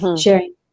sharing